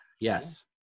Yes